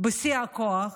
בשיא הכוח,